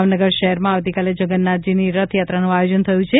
ભાગવનગર શહેરમાં આવતીકાલે જગન્નાથજીની રથયાત્રાનું આયોજન થયું છે